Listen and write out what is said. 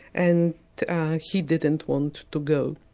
and he didn't want to go.